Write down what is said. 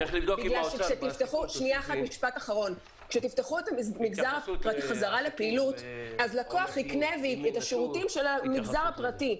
כשתפתחו את החזרה לפעילות לקוח יקנה את השירותים של המגזר הפרטי.